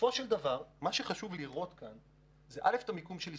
אבל מה שחשוב לראות כאן זה את המיקום של ישראל,